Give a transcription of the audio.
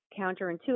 counterintuitive